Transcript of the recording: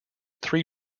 three